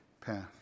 path